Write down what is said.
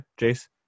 Jace